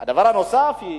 הדבר הנוסף הוא,